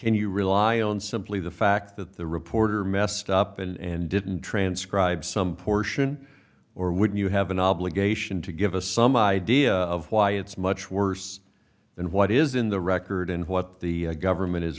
can you rely on simply the fact that the reporter messed up and didn't transcribe some portion or would you have an obligation to give us some idea of why it's much worse than what is in the record and what the government is